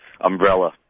umbrella